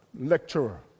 lecturer